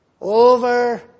over